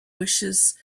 wishes